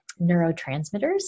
neurotransmitters